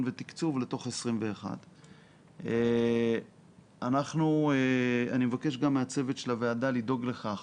ותקצוב לתוך 2021. אני מבקש מהצוות של הוועדה לדאוג לכך